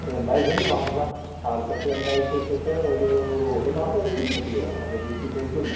രണ്ടാഴ്ച കൊണ്ട് വാർക്കാം വാർത്തിട്ട് രണ്ടാഴ്ച ഇട്ടിട്ട് ഒരു ഒരു മാസം എടുക്കുമെന്ന് കൂട്ടിക്കോ അത് ഭിത്തി തേയ്ക്കുകയും വേണ്ടേ